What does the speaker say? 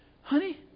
Honey